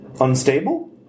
unstable